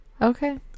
Okay